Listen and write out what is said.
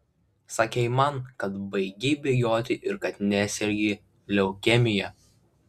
sakei man kad baigei bėgioti ir kad nesergi leukemija